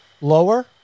lower